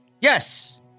yes